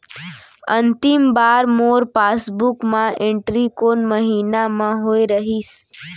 अंतिम बार मोर पासबुक मा एंट्री कोन महीना म होय रहिस?